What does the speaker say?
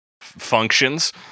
functions